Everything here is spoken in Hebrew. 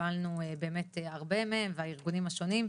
וקיבלנו באמת הרבה מהם ומהארגונים השונים,